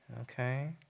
Okay